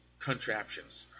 contraptions